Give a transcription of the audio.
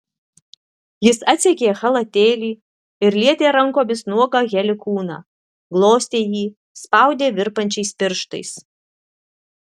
jis atsegė chalatėlį ir lietė rankomis nuogą heli kūną glostė jį spaudė virpančiais pirštais